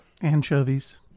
Anchovies